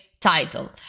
title